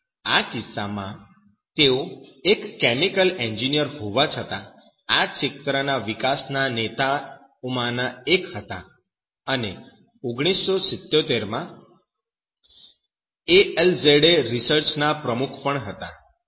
અને આ કિસ્સામાં તેઓ એક કેમિકલ એન્જિનિયર હોવા છતાં આ ક્ષેત્ર ના વિકાસના નેતા ઓમાંના એક હતા અને 1970 માં ALZA રિસર્ચ ના પ્રમુખ પણ હતા